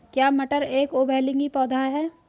क्या मटर एक उभयलिंगी पौधा है?